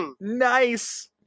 Nice